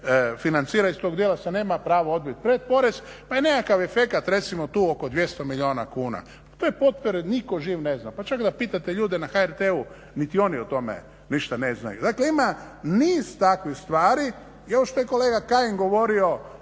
iz tog dijela se nema pravo odbiti predporez pa je nekakav efekat recimo tu oko 200 milijuna kuna. Te potpore nitko živ ne zna, pa čak da pitate ljude na HRT-u, niti oni o tome ništa ne znaju. Dakle ima niz takvih stvari, još što je kolega Kajin govorio